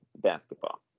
basketball